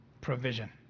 provision